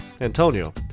Antonio